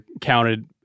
counted